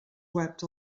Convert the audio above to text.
webs